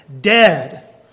dead